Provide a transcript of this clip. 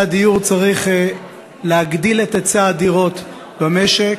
הדיור צריך להגדיל את היצע הדירות במשק.